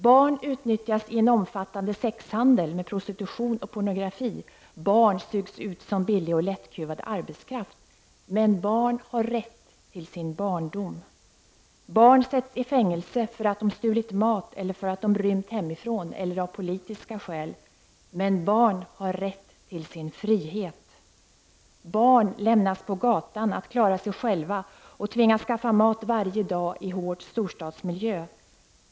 —- Barn utnyttjas i en omfattande sexhandel med prostitution och pornografi. Barn sugs ut som billig och lättkuvad arbetskraft. Men barn har rätt till sin barndom. — Barn sätts i fängelse för att de stulit mat eller för att de rymt hemifrån eller av politiska skäl. Men barn har rätt till sin frihet. — Barn lämnas på gatan att klara sig själva och tvingas skaffa mat varje dag i hård storstadsmiljö.